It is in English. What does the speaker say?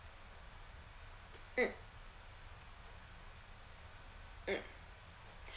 mm mm